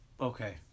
okay